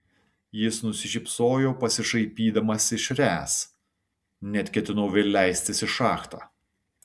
jis nusišypsojo pasišaipydamas iš ręs net ketinau vėl leistis į šachtą